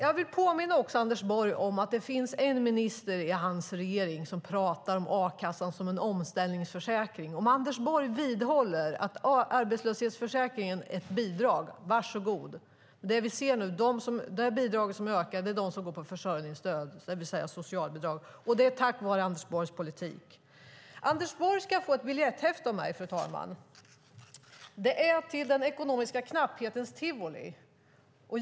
Jag vill påminna Anders Borg om att det finns en minister i hans regering som pratar om a-kassan som en omställningsförsäkring. Om Anders Borg vidhåller att arbetslöshetsförsäkringen är ett bidrag - varsågod! Det vi ser nu är att det bidrag som ökar är försörjningsstöd, det vill säga socialbidrag. Det är tack vare Anders Borgs politik. Anders Borg ska få ett biljetthäfte av mig, fru talman, och det är till Den ekonomiska knapphetens tivoli.